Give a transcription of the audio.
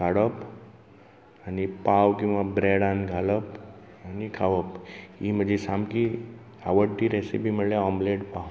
काडप आनी पाव किवा ब्रॅडांत घालप आनी खावप ही म्हजी सामकी आवडटी रेसीपी म्हळ्यार आमलेट पाव